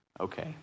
okay